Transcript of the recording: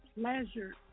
pleasure